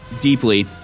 deeply